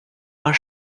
are